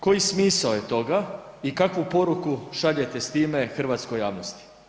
Koji smisao je toga i kakvu poruku šaljete time hrvatskoj javnosti?